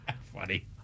Funny